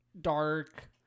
dark